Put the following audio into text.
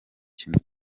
kintu